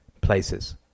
places